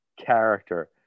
character